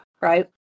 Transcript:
right